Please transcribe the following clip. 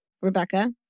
Rebecca